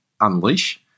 unleash